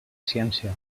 ciència